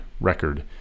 record